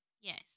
Yes